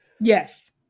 Yes